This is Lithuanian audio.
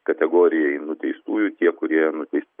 kategorijai nuteistųjų tie kurie nuteisti